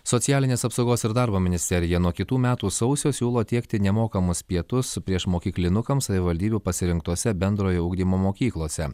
socialinės apsaugos ir darbo ministerija nuo kitų metų sausio siūlo tiekti nemokamus pietus priešmokyklinukams savivaldybių pasirinktose bendrojo ugdymo mokyklose